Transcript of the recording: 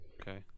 Okay